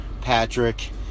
Patrick